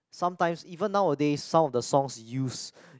sometimes even nowadays some of the songs use